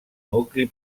nucli